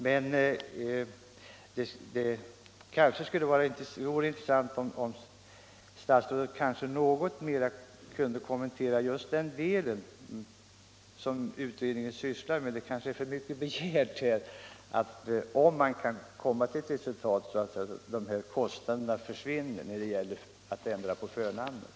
Det vore emellertid intressant om statsrådet något mera kunde kommentera just den här delen av namnlagsutredningens arbete. Det är kanske för mycket begärt, men det skulle vara bra om det gick att nå ett sådant resultat att kostnaderna för att ändra förnamn försvinner.